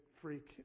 freak